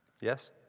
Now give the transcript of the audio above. Yes